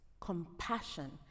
Compassion